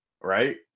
right